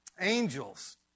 Angels